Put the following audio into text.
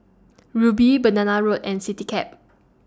Rubi Banana Road and Citycab